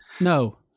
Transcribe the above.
No